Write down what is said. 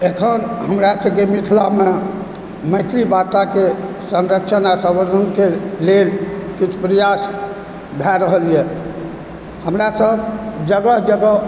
अखन हमरा सभकेँ मिथिलामे मैथिली वार्ताकें संरक्षण आ सम्वर्धनकें लेल किछु प्रयास भए रहल यऽ हमरासभ जगह जगह